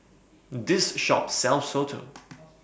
This Shop sells Soto